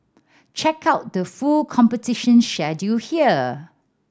check out the full competition schedule here